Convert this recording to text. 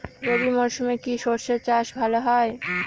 রবি মরশুমে কি সর্ষে চাষ ভালো হয়?